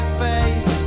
face